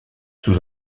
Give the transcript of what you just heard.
sous